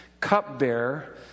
cupbearer